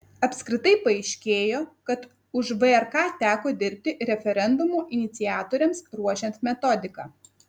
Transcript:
apskritai paaiškėjo kad už vrk teko dirbti referendumo iniciatoriams ruošiant metodiką